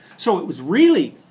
so it was really,